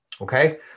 Okay